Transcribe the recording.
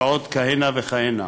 ועוד כהנה וכהנה.